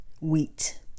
wheat